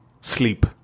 Sleep